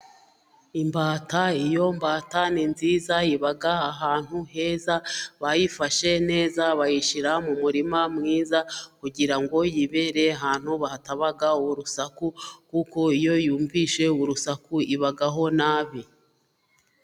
Imbata iyo mbata ni nziza iba ahantu heza, bayifashe neza bayishyira mu murima mwiza, kugira ngo yibere ahantu hahataba urusaku kuko iyo yumvise urusaku ibaho nabi.